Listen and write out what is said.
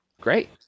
great